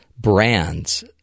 brands